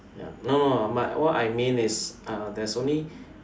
ya no no no but what I mean is uh there's only